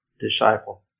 disciple